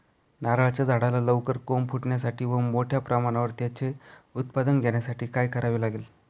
नारळाच्या झाडाला लवकर कोंब फुटण्यासाठी व मोठ्या प्रमाणावर त्याचे उत्पादन घेण्यासाठी काय करावे लागेल?